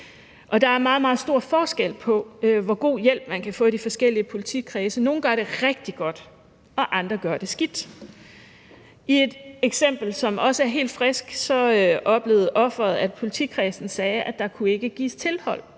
meget stor forskel på, hvor god hjælp man kan få i de forskellige politikredse. Nogle gør det rigtig godt, og andre gør det skidt. I et eksempel, som også er helt frisk, oplevede offeret, at politikredsen sagde, at der ikke kunne gives tilhold